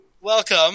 Welcome